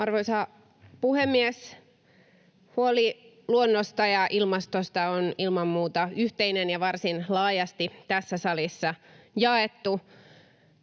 Arvoisa puhemies! Huoli luonnosta ja ilmastosta on ilman muuta yhteinen ja varsin laajasti tässä salissa jaettu.